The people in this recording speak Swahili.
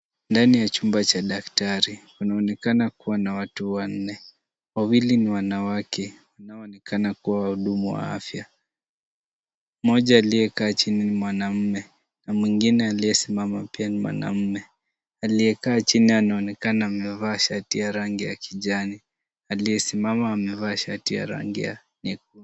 Ndani ya chumba cha daktari kunaonekana kuwa na watu wanne. Wawili ni wanawake wanaoonekana kuwa wahudumu wa afya. Mmoja aliyekaa chini ni mwanamume na mwingine aliyesimama pia ni mwanamume. Aliyekaa chini anaonekana amevaa shati ya rangi ya kijani. Aliyesimama amevaa shati ya rangi ya nyekundu.